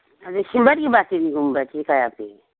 ꯑꯗꯩ ꯁꯤꯜꯚꯔꯒꯤ ꯕꯥꯇꯤꯟꯒꯨꯝꯕꯗꯤ ꯀꯌꯥ ꯄꯤ